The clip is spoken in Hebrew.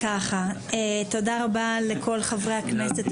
תודה רבה לכל חברי הכנסת.